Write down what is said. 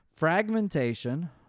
fragmentation